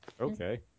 Okay